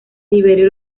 tiberio